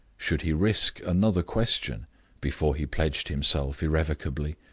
should he risk another question before he pledged himself irrevocably?